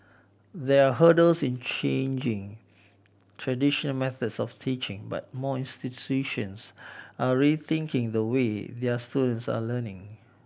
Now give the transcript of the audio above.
there are hurdles in changing traditional methods of teaching but more institutions are rethinking the way their students are learning